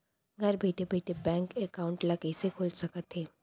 घर बइठे बइठे बैंक एकाउंट ल कइसे खोल सकथे?